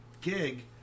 gig